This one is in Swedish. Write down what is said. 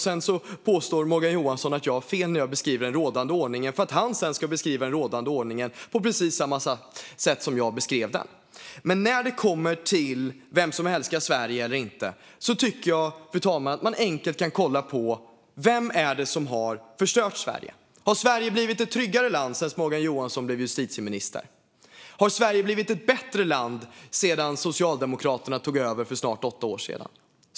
Sedan påstår Morgan Johansson att jag har fel när jag beskriver den rådande ordningen för att han sedan ska beskriva den rådande ordningen på precis samma sätt som jag beskrev den. När det kommer till vem som älskar Sverige eller inte tycker jag, fru talman, att man enkelt kan kolla på vem det är som har förstört Sverige. Har Sverige blivit ett tryggare land sedan Morgan Johansson blev justitieminister? Har Sverige blivit ett bättre land sedan Socialdemokraterna tog över för snart åtta år sedan?